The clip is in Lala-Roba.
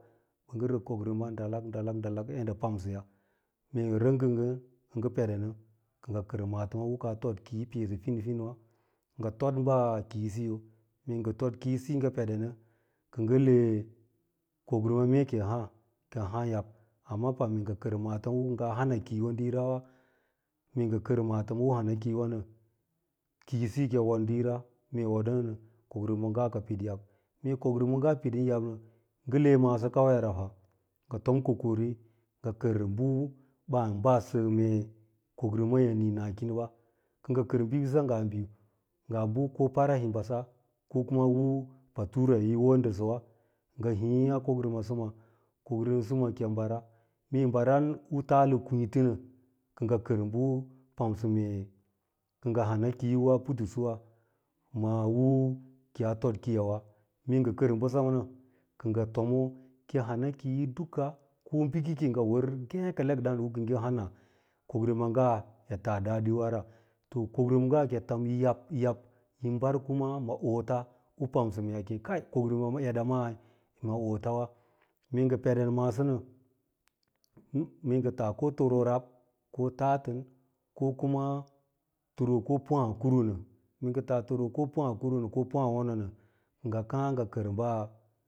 ɚ ngɚ rɚk komrims dalak dalak dalak yadda pamsɚya mee rɚk nɚ kɚ ngɚ kɚr maatɚms u kiyaa hod kiiyo u peesɚ fin finwa, ngɚ tod kiisiyo, mee ngɚ tod kiisiyo ngɚ peɗe nɚ kɚ ngɚ le mee kokrims mee kiyi hàà ki yi haa yab amma pam mee ngɚ kɚr mantɚms u kɚr nga hana kiiyo diirawa, mee ngɚ kɚr maatɚma u hana kiiyowa nɚ krisiyo kɚi wod diira, mee yi woɗonɚ kokrima’ ngaa kɚi pid yab mee kokrima yi pidin yab bɚ, ngɚ le maaso kawai rafa, ngɚ fom kokari ngɚ kɚr bɚ ɓɚn baɗsɚ mee kokrima yi niinakɚnba, kɚ ngɚ kɚr bɚɓisa ngaa biu a bɚ para himbasa ko kuma u patura yi wodɚsɚwa ngɚ hii a kokrimasɚma, kokrima sɚma kiyi mbara, mee yi mbaran u taalɚ kwiiti nɚ kɚ ngɚ kɚr bɚ u pamsɚ mee kɚ ngɚ hana kiyo woa putsuwa ma u kiyas tor kiiyawa, mee ngɚ kɚr bɚsanɚ kɚ ngɚ tomo, ki yi hana kiiyo duka k bɚkake ngɚ wɚr ngêkerek ɗààn u ki yi ngɚn hana kokrima’ nga ya taa ɗaɗiwa to kokrima kɚi tom yab yab yim mbar kama ma ota u pamsɚ mee a kem kai kokrimama eɗa ka iyi ma otawa mee ngɚ poɗen maaso nɚ, mee ngɚ taa ko tɚroo rab ko tatɚo ko kuma tɚroo ko tɚroo pu ahàà kurun nɚ ngɚ tas tɚroo ko pu ahàà kurun ko pu ahàà wonon nɚ ngɚ kàà ngɚ kɚr ɓaa.